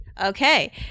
Okay